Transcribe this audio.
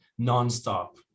nonstop